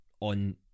on